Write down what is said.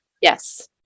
Yes